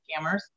scammers